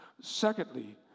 Secondly